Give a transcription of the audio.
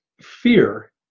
fear